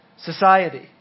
society